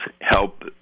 help